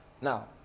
now